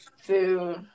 food